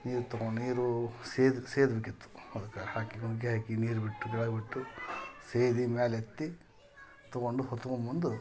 ನೀರು ತಗೊಂಡು ನೀರು ಸೇದಿ ಸೇದಬೇಕಿತ್ತು ಅದಕ್ಕೆ ಹಾಕಿ ಹಗ್ಗ ಹಾಕಿ ನೀರು ಬಿಟ್ಟು ಕೆಳಗೆ ಬಿಟ್ಟು ಸೇದಿ ಮೇಲೆತ್ತಿ ತಗೊಂಡು ಹೊತ್ತುಕೊಂಬಂದು